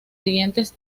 siguientes